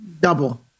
Double